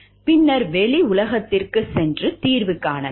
பின்னர் வெளி உலகிற்கு சென்று தீர்வு காணலாம்